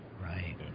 Right